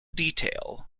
detail